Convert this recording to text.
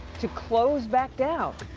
to close back down.